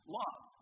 love